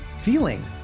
feeling